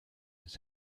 his